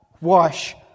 wash